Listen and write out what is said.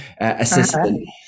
assistant